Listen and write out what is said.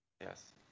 Yes